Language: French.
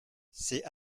c’est